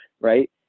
right